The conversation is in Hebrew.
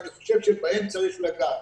ואני חושב שבהם צריך לגעת: